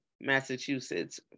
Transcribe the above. Massachusetts